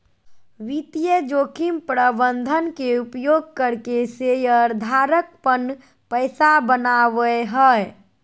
वित्तीय जोखिम प्रबंधन के उपयोग करके शेयर धारक पन पैसा बनावय हय